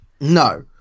no